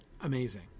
amazing